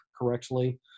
correctly